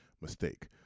mistake